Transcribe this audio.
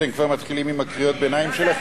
אתם כבר מתחילים עם קריאות הביניים שלכם?